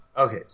Okay